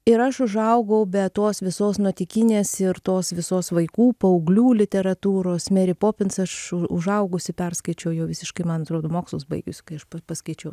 ir aš užaugau be tos visos nuotykinės ir tos visos vaikų paauglių literatūros meri popins aš užaugusi perskaičiau jau visiškai man atrodo mokslus baigus kai paskaičiau